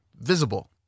visible